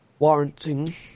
Warranting